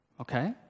okay